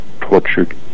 tortured